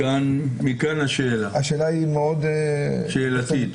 מכאן השאלה השאלתית.